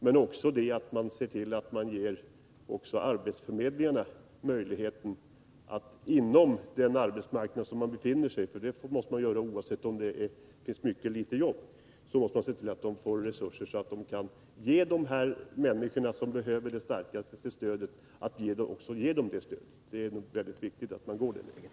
Men man bör också se till att man ger arbetsförmedlingarna resurser, så att de, oavsett om det finns få eller många jobb, kan ge stöd åt de människor som är i behov av hjälp. Det är då väldigt viktigt att vi förfar på det sättet.